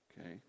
Okay